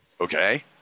okay